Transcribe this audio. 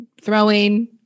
throwing